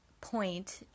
point